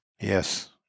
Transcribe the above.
Yes